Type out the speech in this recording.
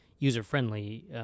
user-friendly